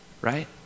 right